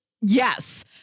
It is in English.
yes